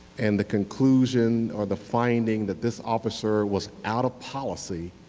and the conclusion or the finding that this officer was out of policy,